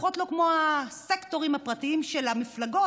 לפחות לא כמו הסקטורים הפרטיים של המפלגות,